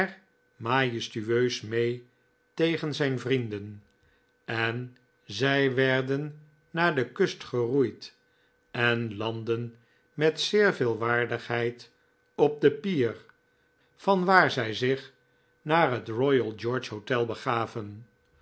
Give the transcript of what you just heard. tegen zijn vrienden en zij werden naar de kust geroeid en landden met zeer veel waardigheid op de pier vanwaar zij zich naar het royal george hotel begaven